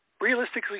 Realistically